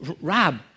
Rob